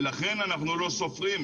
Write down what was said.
ולכן אנחנו לא סופרים.